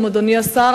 אדוני השר,